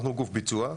אנחנו גוף ביצוע,